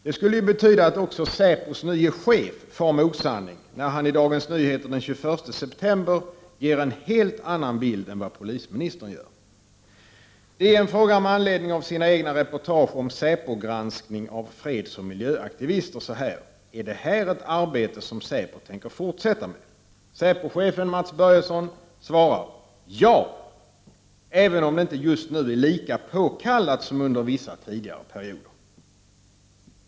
Det skulle betyda att också säpos nye chef har farit med osanning, när han i Dagens Nyheter den 21 september ger en helt annan bild än vad polisministern gör. Det ställs förljande fråga med anledning av DN:s egna reportage om säpogranskning av fredsoch miljörörelsen: Är det här ett arbete som säpo tänker fortsätta med? Säpochefen Mats Börjesson svarar: Ja, även om det just nu inte är lika påkallat som under vissa tidigare perioder.